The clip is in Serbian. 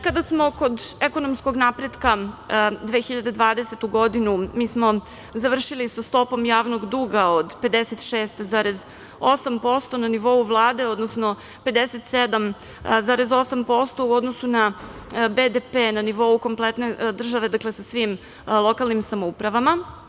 Kada smo kod ekonomskog napretka 2020. godinu mi smo završili sa stopom javnog duga od 56,8% na nivou Vlade, odnosno 57,8% u odnosu na BDP na nivou kompletne države sa svim lokalnim samoupravama.